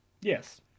Yes